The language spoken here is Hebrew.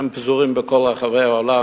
הם פזורים בכל רחבי העולם,